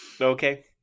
Okay